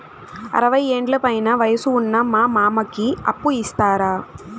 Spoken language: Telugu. అరవయ్యేండ్ల పైన వయసు ఉన్న మా మామకి అప్పు ఇస్తారా